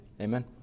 Amen